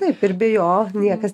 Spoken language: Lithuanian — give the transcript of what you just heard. taip ir be jo niekas